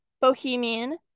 Bohemian